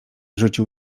rzucił